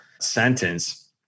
sentence